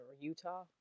Utah